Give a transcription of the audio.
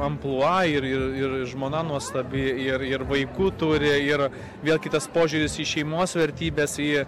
amplua ir ir ir žmona nuostabi ir ir vaikų turi ir vėl kitas požiūris į šeimos vertybes į